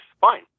fine